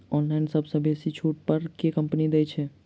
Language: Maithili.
ऑनलाइन सबसँ बेसी छुट पर केँ कंपनी दइ छै?